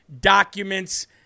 documents